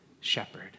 shepherd